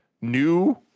new